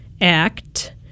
act